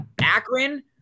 Akron